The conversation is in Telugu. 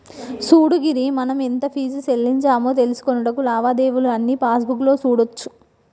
సూడు గిరి మనం ఎంత ఫీజు సెల్లించామో తెలుసుకొనుటకు లావాదేవీలు అన్నీ పాస్బుక్ లో సూడోచ్చు